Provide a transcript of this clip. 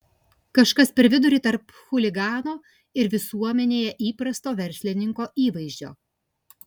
kažkas per vidurį tarp chuligano ir visuomenėje įprasto verslininko įvaizdžio